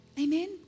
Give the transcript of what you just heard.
amen